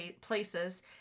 places